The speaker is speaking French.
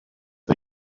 est